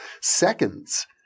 seconds